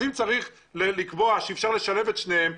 אם צריך לקבוע שאפשר לשלב את שניהם,